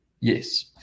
yes